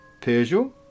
Peugeot